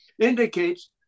indicates